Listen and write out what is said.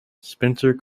spencer